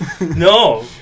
No